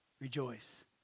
Rejoice